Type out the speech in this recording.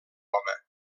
home